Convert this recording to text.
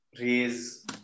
raise